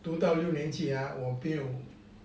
读到六年级啊我就